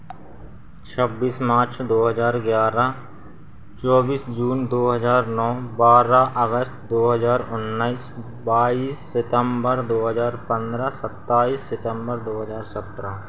छब्बीस मार्च दो हज़ार ग्यारह चौबीस जून दो हज़ार नौ बारह अगस्त दो हज़ार उन्नीस बाईस सितम्बर दो हज़ार पन्द्रह सत्ताइस सितम्बर दो हज़ार सत्रह